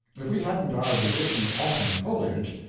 if we hadn't our bewitching autumn foliage,